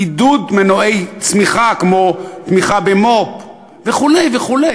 עידוד מנועי צמיחה כמו תמיכה במו"פ וכו'.